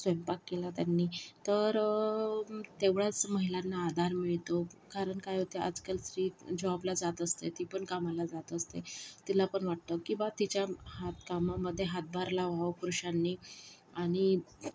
स्वयंपाक केला त्यांनी तर तेवढाच महिलांना आधार मिळतो कारण काय होते आजकाल स्त्री जॉबला जात असते ती पण कामाला जात असते तिला पण वाटतं की ब्वा तिच्या हात कामामध्ये हातभार लावावा पुरुषांनी आणि